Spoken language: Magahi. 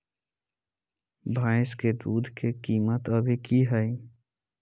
भैंस के दूध के कीमत अभी की हई?